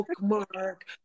bookmark